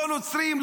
לא נוצרים,